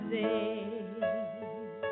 days